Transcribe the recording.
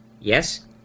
Yes